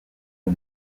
aux